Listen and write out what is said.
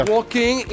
Walking